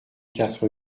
quatre